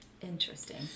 Interesting